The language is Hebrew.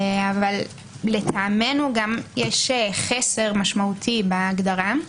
אבל לטעמנו גם יש חסר משמעותי בהגדרה,